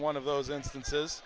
one of those instances